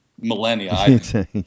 millennia